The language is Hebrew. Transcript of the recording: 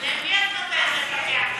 למי את נותנת לפקח,